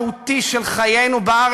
אתה, ביבי, ואתה,